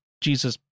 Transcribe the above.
Jesus